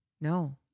No